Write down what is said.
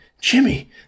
jimmy